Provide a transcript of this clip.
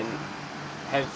have